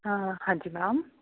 ਹਾਂ ਹਾਂਜੀ ਮੈਮ